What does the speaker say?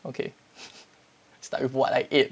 okay start with what I ate